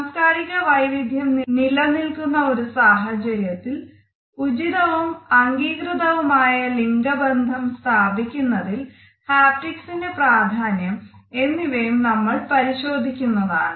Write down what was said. സാംസ്കാരിക വൈവിധ്യം നിലനിൽക്കുന്ന ഒരു സാഹചര്യത്തിൽ ഉചിതവും അംഗീകൃതവുമായ ലിംഗബന്ധം സ്ഥാപിക്കുന്നതിൽ ഹാപ്റ്റിക്സിന്റെ പ്രാധാന്യം എന്നിവയും നമ്മൾ പരിശോധിക്കുന്നതാണ്